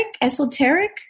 esoteric